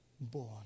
born